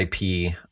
IP